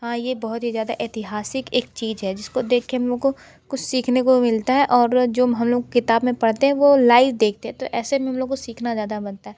हाँ ये बहुत ही ज़्यादा ऐतिहासिक एक चीज़ है जिसको देख के हम लोग को कुछ सीखने को मिलता है और जो हम लोग किताब में पढ़ते हैं वो लाइव देखते हैं तो ऐसे में हम लोग का सीखाना ज़्यादा बनता है